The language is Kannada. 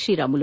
ಶ್ರೀರಾಮುಲು